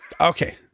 Okay